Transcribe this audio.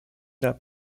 not